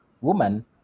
woman